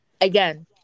again